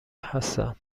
هستند